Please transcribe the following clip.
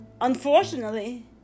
unfortunately